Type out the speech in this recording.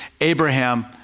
Abraham